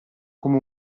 come